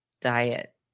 diet